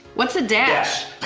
what's a dash?